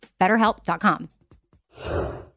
BetterHelp.com